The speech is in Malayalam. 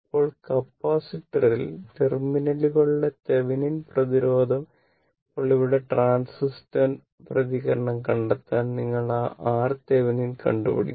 ഇപ്പോൾ കപ്പാസിറ്റർ ടെർമിനലുകളിലെ തെവെനിൻ പ്രതിരോധം ഇപ്പോൾ ഇവിടെ ട്രാന്സിറ്ന്റ് പ്രതികരണം കണ്ടെത്താൻ നിങ്ങൾ ആ RThevenin കണ്ടുപിടിക്കണം